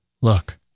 Look